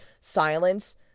silence